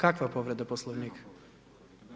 Kakva povreda poslovnika?